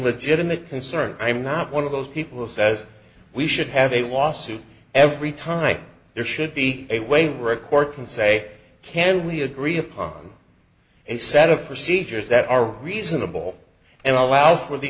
legitimate concern i'm not one of those people says we should have a lawsuit every time there should be a way a record can say can we agree upon a set of procedures that are reasonable and allow for the